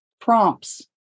prompts